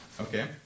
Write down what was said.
Okay